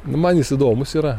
man jis įdomus yra